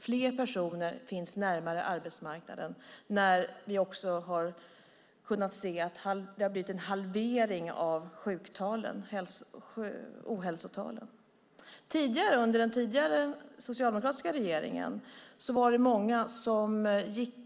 Fler personer finns närmare arbetsmarknaden. Vi har också kunnat se att det har blivit en halvering av ohälsotalen. Under den tidigare socialdemokratiska regeringen gick många